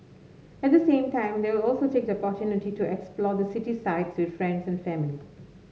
at the same time they will also take the opportunity to explore the city sights with friends and family